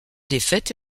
défaite